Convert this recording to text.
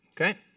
Okay